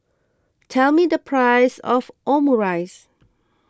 tell me the price of Omurice